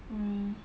mm